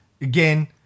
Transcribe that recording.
again